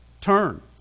Turn